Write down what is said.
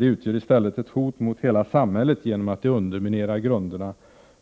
De utgör i stället ett hot mot hela samhället genom att de underminerar grunderna